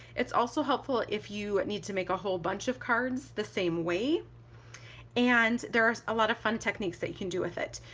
it's also helpful if you need to make a whole bunch of cards the same way and there are a lot of fun techniques that you can do with it.